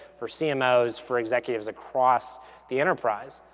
for cmos, for executives across the enterprise.